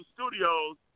Studios